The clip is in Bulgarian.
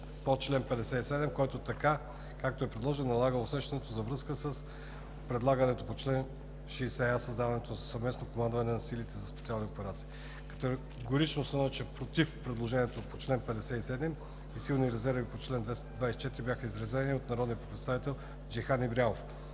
чл. 57, който така, както е предложен, налага усещането за връзка с предлаганото по чл. 60а създаване на Съвместно командване на силите за специални операции. Категорично становище против предложението по чл. 57 и силни резерви по чл. 224 бяха изразени от народния представител Джейхан Ибрямов.